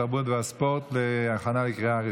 התרבות והספורט נתקבלה.